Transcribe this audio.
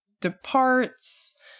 departs